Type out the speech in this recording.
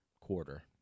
quarter